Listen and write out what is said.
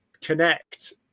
connect